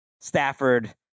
Stafford